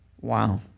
Wow